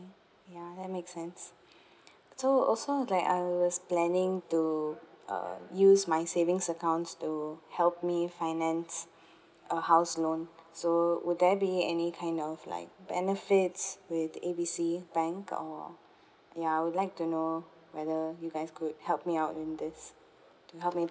ya that make sense so also like I was planning to uh use my savings accounts to help me finance a house loan so will there be any kind of like benefits with A B C bank or ya I would like to know whether you guys could help me out in this to help me